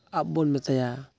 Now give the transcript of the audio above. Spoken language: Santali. ᱟᱯ ᱵᱚᱱ ᱢᱮᱛᱟᱭᱟ